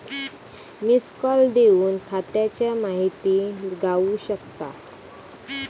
missed call देवन खात्याची माहिती गावू शकता